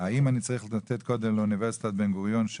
האם אני צריך לתת קודם לאוניברסיטת בן גוריון לדבר,